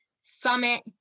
Summit